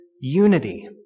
unity